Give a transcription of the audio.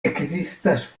ekzistas